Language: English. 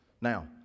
Now